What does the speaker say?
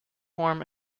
warm